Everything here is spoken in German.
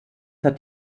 hat